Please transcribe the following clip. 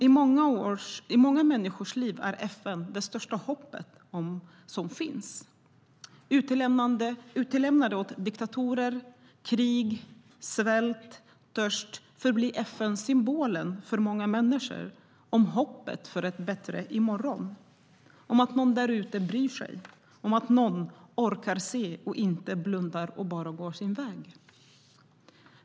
I många människors liv är FN det största hoppet. Utlämnade åt diktatorer, krig, svält och törst ser många människor FN som symbolen för hoppet om en bättre morgondag, om att någon där ute bryr sig, om att någon orkar se och inte bara blundar och går sin väg.